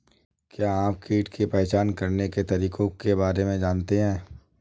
क्या आप कीट की पहचान करने के तरीकों के बारे में जानते हैं?